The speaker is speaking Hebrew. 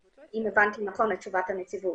אם הבנתי נכון את תשובת הנציבות.